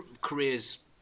career's